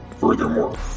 Furthermore